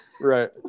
right